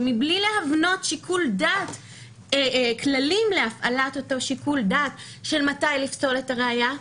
ומבלי להבנות כללים להפעלת אותו שיקול דעת של מתי לפסול את הראיה,